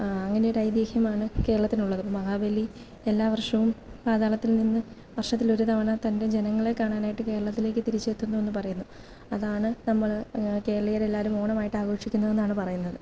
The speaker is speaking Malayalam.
അങ്ങനെ ഒരു ഐതിഹ്യമാണ് കേരളത്തിനുള്ളത് മഹാബലി എല്ലാ വർഷവും പാതാളത്തിൽ നിന്ന് വർഷത്തിൽ ഒരു തവണ തൻ്റെ ജനങ്ങളെ കാണാനായിട്ട് കേരളത്തിലേക്ക് തിരിച്ചെത്തുന്നു എന്ന് പറയുന്നു അതാണ് നമ്മള് കേരളീയരെല്ലാവരും ഓണമായിട്ട് ആഘോഷിക്കുന്നു എന്നാണ് പറയുന്നത്